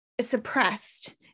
suppressed